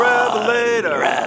Revelator